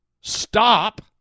stop